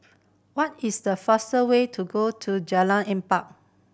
what is the faster way to go to Jalan Empat